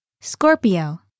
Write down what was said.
Scorpio